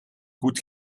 goed